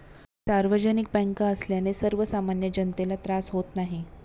सार्वजनिक बँका असल्याने सर्वसामान्य जनतेला त्रास होत नाही